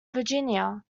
virginia